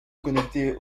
connecter